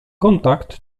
kontakt